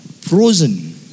frozen